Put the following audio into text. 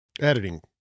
editing